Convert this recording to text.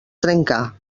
trencar